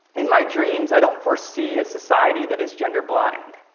in my dreams, i don't foresee a society that is gender blind.